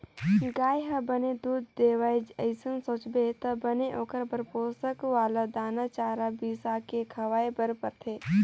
गाय ह बने दूद देवय अइसन सोचबे त बने ओखर बर पोसक वाला दाना, चारा बिसाके खवाए बर परथे